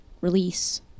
release